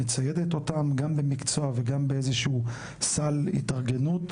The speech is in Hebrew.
מציידת אותם גם במקצוע וגם באיזשהו סל התארגנות,